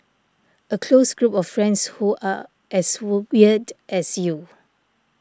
a close group of friends who are as wool weird as you